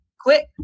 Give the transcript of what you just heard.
quick